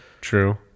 true